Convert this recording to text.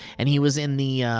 and he was in the,